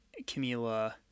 Camila